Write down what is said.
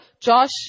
Josh